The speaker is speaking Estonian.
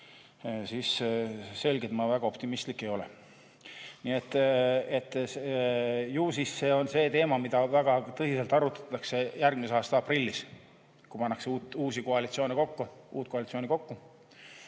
on selge, et ma väga optimistlik ei ole. Nii et ju siis see on see teema, mida väga tõsiselt arutatakse järgmise aasta aprillis, kui pannakse uut koalitsiooni kokku, et milline see